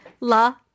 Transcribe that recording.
la